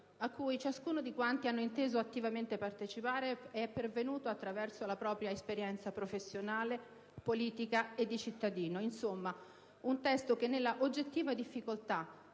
a cui ciascuno di quanti hanno inteso attivamente partecipare è pervenuto attraverso la propria esperienza professionale, politica e di cittadino. Insomma, un testo che nella oggettiva difficoltà